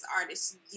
artists